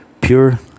Pure